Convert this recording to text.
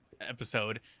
episode